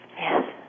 Yes